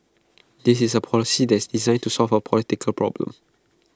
this is A policy that's designed to solve A political problem